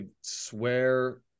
swear